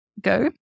go